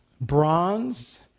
bronze